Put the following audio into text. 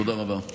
תודה רבה.